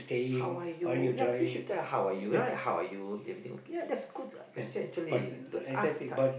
how are you yeah please should tell how are you right how are you everything okay yeah that's good question actually don't ask a s~